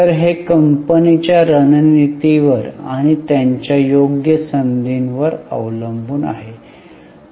तर हे कंपनीच्या रणनीतीवर आणि त्यांच्या योग्य संधींवर अवलंबून आहे